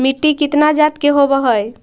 मिट्टी कितना जात के होब हय?